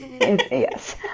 yes